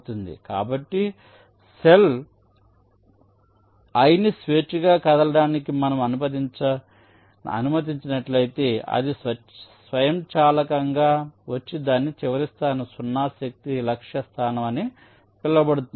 కాబట్టి cell i ని స్వేచ్ఛగా కదలడానికి మనము అనుమతించినట్లయితే అది స్వయంచాలకంగా వచ్చి దాని చివరి స్థానం 0 శక్తి లక్ష్య స్థానం అని పిలువబడుతుంది